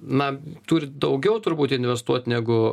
na turi daugiau turbūt investuot negu